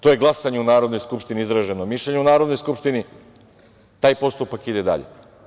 To je glasanje u Narodnoj skupštini i izraženo mišljenje u Narodnoj skupštini, taj postupak ide dalje.